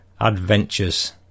adventures